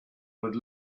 would